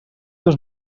dos